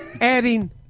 Adding